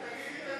(תיקון,